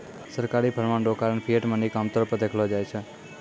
सरकारी फरमान रो कारण फिएट मनी के आमतौर पर देखलो जाय छै